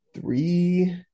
three